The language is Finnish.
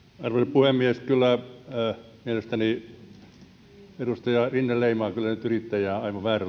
puhemies kyllä mielestäni edustaja rinne leimaa nyt yrittäjää aivan väärällä tavalla tässähän